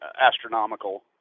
astronomical